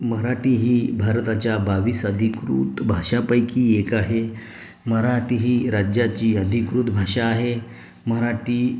मराठी ही भारताच्या बावीस अधिकृत भाषापैकी एक आहे मराठी ही राज्याची अधिकृत भाषा आहे मराठी